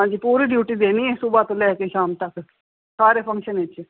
ਹਾਂਜੀ ਪੂਰੀ ਡਿਊਟੀ ਦੇਣੀ ਹੈ ਸੂਬਹ ਤੋਂ ਲੈ ਕੇ ਸ਼ਾਮ ਤੱਕ ਸਾਰੇ ਫੰਕਸ਼ਨ ਵਿੱਚ